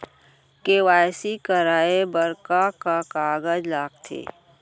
KYC कराये बर का का कागज लागथे?